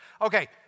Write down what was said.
Okay